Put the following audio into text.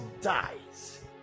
dies